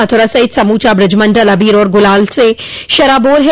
मथुरा सहित समूचा ब्रज मण्डल अबीर और गुलाल से शराबोर है